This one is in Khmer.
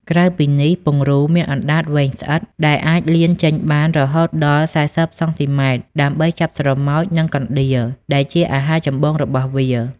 ក្រៅពីនេះ ពង្រូលមាន អណ្ដាតវែងស្អិត ដែលអាចលានចេញបានរហូតដល់ ៤០ សង់ទីម៉ែត្រ ដើម្បីចាប់ស្រមោច និងកណ្ដៀរ ដែលជាអាហារចម្បងរបស់វា។